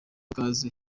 ikaze